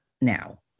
now